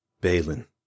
Balin